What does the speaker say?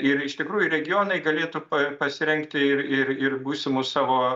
ir iš tikrųjų regionai galėtų pasirengti ir ir ir būsimus savo